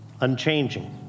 unchanging